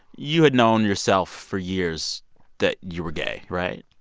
you had known yourself for years that you were gay, right?